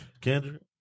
Kendrick